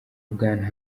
bwana